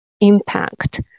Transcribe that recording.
impact